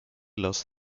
lost